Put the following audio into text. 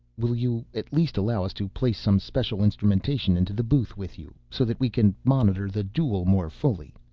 will you at least allow us to place some special instrumentation into the booth with you, so that we can monitor the duel more fully?